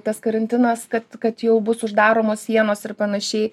tas karantinas kad kad jau bus uždaromos sienos ir panašiai